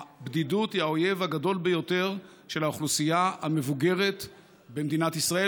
הבדידות היא האויב הגדול ביותר של האוכלוסייה המבוגרת במדינת ישראל,